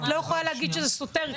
את לא יכולה להגיד שזה סותר,